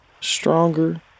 stronger